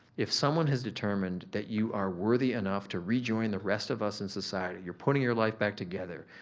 if someone has determined that you are worthy enough to rejoin the rest of us in society, you're putting your life back together,